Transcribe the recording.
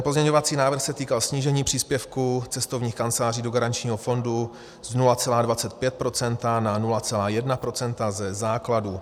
Pozměňovací návrh se týkal snížení příspěvku cestovních kanceláří do garančního fondu z 0,25 % na 0,1 % ze základu.